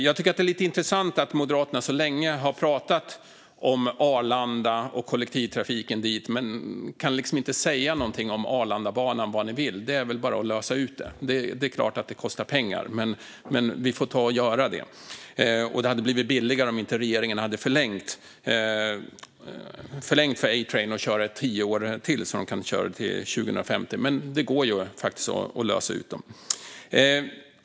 Jag tycker att det är lite intressant att Moderaterna så länge har pratat om Arlanda och kollektivtrafiken dit men liksom inte kan säga någonting om vad ni vill med Arlandabanan. Det är väl bara att lösa ut det. Det är klart att det kostar pengar, men det får vi ta och göra! Det hade blivit billigare om inte regeringen hade förlängt för A-Train att köra i tio år till, till 2050. Men det går ju faktiskt att lösa ut dem.